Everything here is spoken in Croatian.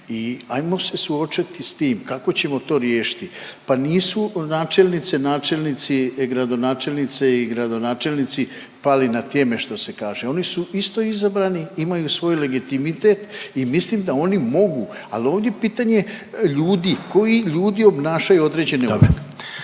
i ajmo se suočiti s tim kako ćemo to riješiti. Pa nisu načelnice, načelnici, gradonačelnice i gradonačelnici pali na tjeme što se kaže, oni su isto izabrani i imaju svoj legitimitet i mislim da oni mogu, al ovdje je pitanje ljudi, koji ljudi obnašaju određene…/Govornik